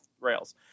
rails